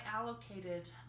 allocated